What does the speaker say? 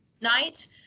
night